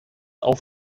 auf